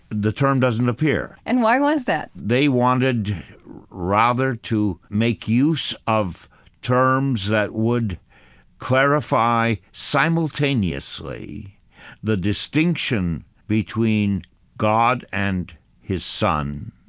the term doesn't appear and why was that? they wanted rather to make use of terms that would clarify simultaneously the distinction between god and his son,